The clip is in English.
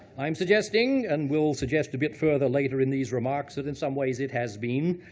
i'm suggesting, and will suggest a bit further, later in these remarks, that in some ways it has been,